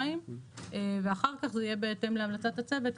2 ואחר כך זה יהיה בהתאם להמלצת הצוות,